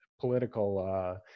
political